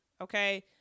okay